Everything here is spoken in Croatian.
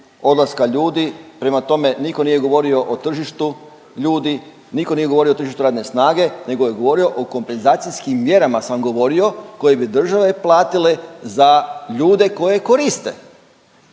odlaska ljudi, prema tome nitko nije govorio o tržištu ljudi, nitko nije govorio o tržištu radne snage nego je govorio o kompenzacijskim mjerama sam govorio koje bi države platile za ljude koje koriste.